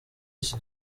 iki